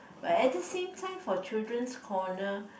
but at the same time for children's corner